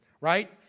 right